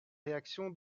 réaction